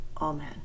Amen